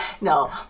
No